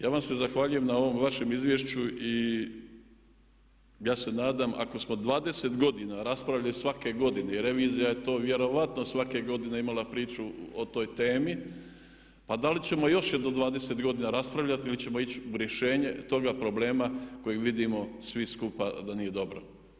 Ja vam se zahvaljujem na ovom vašem izvješću i ja se nadam ako smo 20 godina raspravljali svake godine i revizija je to vjerojatno svake godine imala priču o toj temi, pa da li ćemo još jedno 20 godina raspravljati ili ćemo ići u rješenje toga problema kojeg vidimo svi skupa da nije dobro.